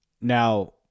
Now